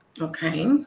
Okay